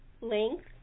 length